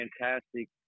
fantastic